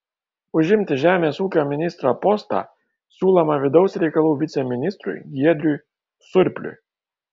užimti žemės ūkio ministro postą siūloma vidaus reikalų viceministrui giedriui surpliui